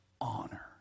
honor